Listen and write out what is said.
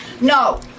no